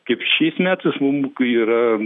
kaip šiais metais mum yra